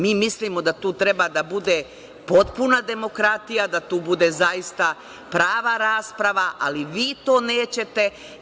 Mi mislimo da tu treba da bude potpuna demokratija, da tu bude zaista prava rasprava, ali vi to nećete.